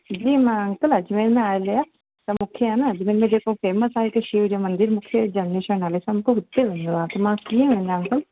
जी मां अंकल अजमेर न आई आहियां त मूंखे आहे न अजमेर में जेको फेमस आहे शिव जो मंदिर मूंखे जनरेश जे नाले सां मूंखे उते वञिणो आहे त मां कीअं वञा